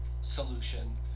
solution